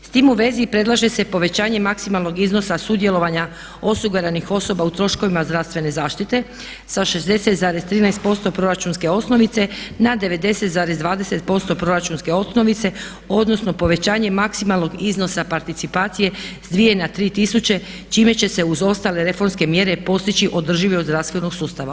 S tim u vezi predlaže se povećanje maksimalnog iznosa sudjelovanja osiguranih osoba u troškovima zdravstvene zaštite sa 60,13% proračunske osnovice, na 90,20% proračunske osnovice, odnosno povećanje maksimalnog iznosa participacije s dvije na tri tisuće čime će se uz ostale reformske mjere postići održivost zdravstvenog sustava.